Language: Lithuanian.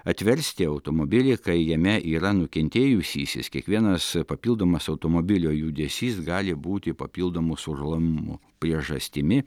atversti automobilį kai jame yra nukentėjusysis kiekvienas papildomas automobilio judesys gali būti papildomų sužalojimų priežastimi